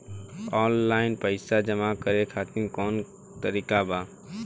Online पइसा जमा करे खातिर कवन तरीका बा?